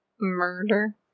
Murder